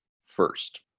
first